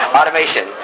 Automation